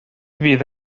fydd